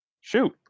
shoot